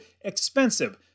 expensive